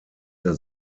der